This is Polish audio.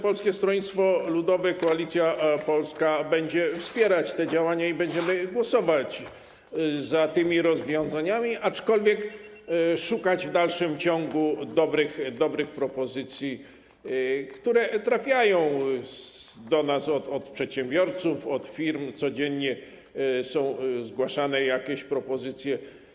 Polskie Stronnictwo Ludowe - Koalicja Polska będzie wspierać te działania i będziemy głosować za tymi rozwiązaniami, aczkolwiek w dalszym ciągu będziemy szukać dobrych propozycji, które trafiają do nas od przedsiębiorców, od firm, codziennie są zgłaszane jakieś propozycje.